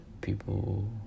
people